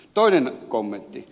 toinen kommentti